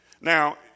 Now